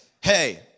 hey